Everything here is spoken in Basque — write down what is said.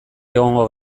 egongo